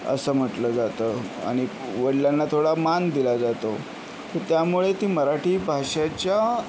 असं म्हटलं जातं आणि वडिलांना थोडा मान दिला जातो तर त्यामुळे ती मराठी भाषेच्या